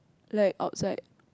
like outside